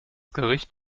gericht